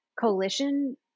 coalition